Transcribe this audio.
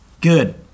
Good